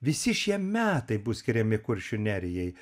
visi šie metai bus skiriami kuršių nerijai